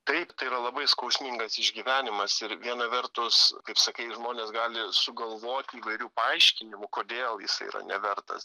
taip tai yra labai skausmingas išgyvenimas ir viena vertus kaip sakai žmonės gali sugalvot įvairių paaiškinimų kodėl jisai yra nevertas